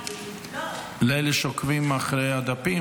לאלה שעוקבים אחרי הדפים,